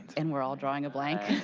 and we're all drawing a blank.